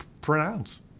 pronounce